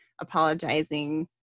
apologizing